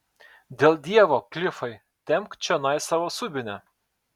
dėl dievo klifai tempk čionai savo subinę